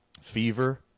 fever